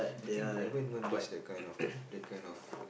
I think they haven't even reach that kind of that kind of